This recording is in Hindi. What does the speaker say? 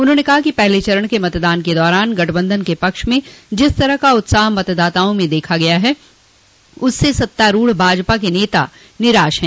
उन्होंने कहा कि पहले चरण के मतदान के दौरान गठबंधन के पक्ष में जिस तरह का उत्साह मतदाताओं में देखा गया है उससे सत्तारूढ़ भाजपा के नेता निराश है